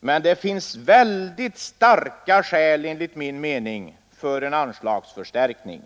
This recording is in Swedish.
men det finns väldigt starka skäl för en anslagsförstärkning.